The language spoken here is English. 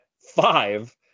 five